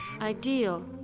ideal